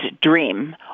Dream